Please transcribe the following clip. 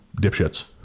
dipshits